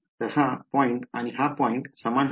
तर हा पॉईंट आणि हा पॉईंट समान आहे